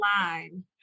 line